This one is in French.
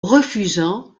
refusant